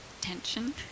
tension